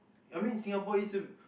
I mean Singapore is a